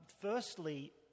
firstly